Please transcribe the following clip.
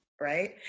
right